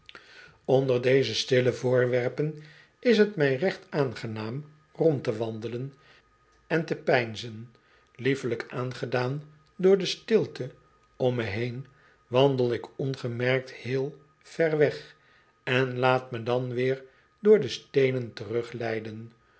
onder deze stille voorwerpen is t mij recht aangenaam rond te wandelen en te peinzen lievelijk aangedaan door de stilte om me heen wandel ik ongemerkt heel ver weg en laat me dan weer door de steenen